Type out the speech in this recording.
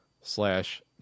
slash